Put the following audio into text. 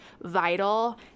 vital